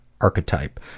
archetype